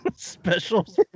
Special